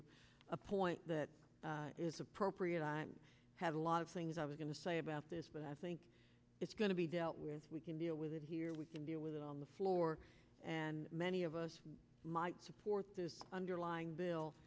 raised a point that is appropriate i have a lot of things i was going to say about this but i think it's going to be dealt with we can deal with it here we can deal with it on the floor and many of us might support the underlying bill